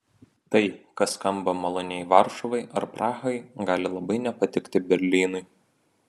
tai kas skamba maloniai varšuvai ar prahai gali labai nepatikti berlynui